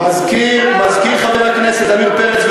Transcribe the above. מזכיר חבר הכנסת עמיר פרץ,